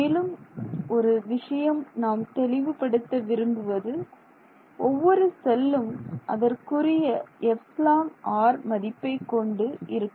மேலும் ஒரு விஷயம் நாம் தெளிவுபடுத்த விரும்புவது ஒவ்வொரு செல்லும் அதற்குரிய εr மதிப்பை கொண்டு இருக்கும்